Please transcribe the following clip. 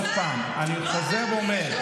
עוד פעם אני חוזר ואומר: